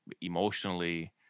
emotionally